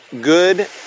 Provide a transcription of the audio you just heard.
good